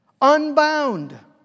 unbound